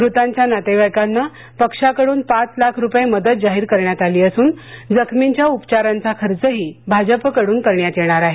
मृतांच्या नातेवाईकांना पक्षाकडून पाच लाख रुपये मदत जाहीर करण्यात आली असून जखमींच्या उपचारांचा खर्चही भाजपकडून करण्यात येणार आहे